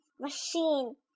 machine